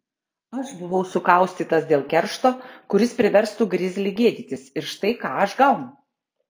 aš buvau sukaustytas dėl keršto kuris priverstų grizlį gėdytis ir štai ką aš gaunu